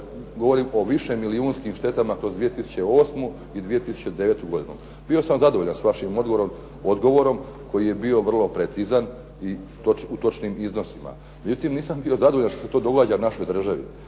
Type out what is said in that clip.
govorim o višemilijunskim štetama kroz 2008. i 2009. godinu, bio sam zadovoljan s vašim odgovorom koji je vrlo precizan i s točnim iznosima. Međutim, nisam bio zadovoljan što se to događa našoj državi,